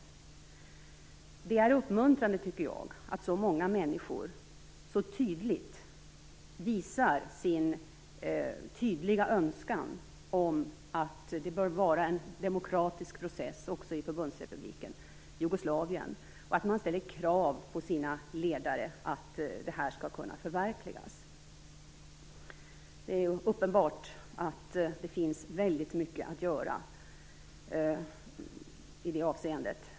Jag tycker att det är uppmuntrande att så många människor så tydligt visar sin tydliga önskan att det bör vara en demokratisk process också i Förbundsrepubliken Jugoslavien och att man ställer krav på sina ledare att det skall kunna förverkligas. Det är uppenbart att det finns väldigt mycket att göra i det avseendet.